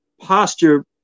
posture